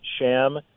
sham